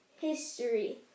history